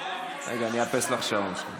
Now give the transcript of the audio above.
אני אאפס לך את השעון.